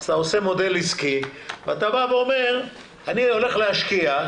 אתה עושה מודל עסקי ואתה אומר 'אני הולך להשקיע',